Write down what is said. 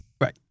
Right